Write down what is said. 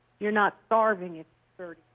you're not starving at